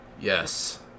Yes